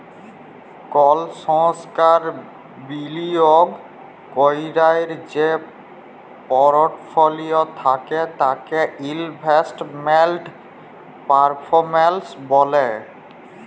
call সংস্থার বিলিয়গ ক্যরার যে পরটফলিও থ্যাকে তাকে ইলভেস্টমেল্ট পারফরম্যালস ব্যলে